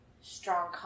strong